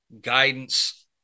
guidance